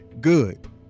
good